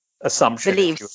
Assumption